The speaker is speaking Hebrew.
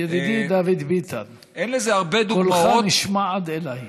ידידי, דוד ביטן, קולך נשמע עד אליי.